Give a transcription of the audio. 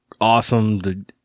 awesome